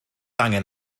angen